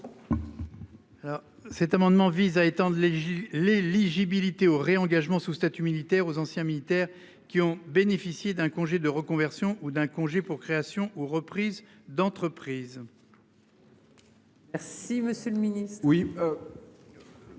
cet amendement vise à étendre les l'éligibilité au réengagement sous statut militaire aux anciens militaires qui ont bénéficié d'un congé de reconversion ou d'un congé pour création ou reprise d'entreprise. Merci Monsieur le Ministre,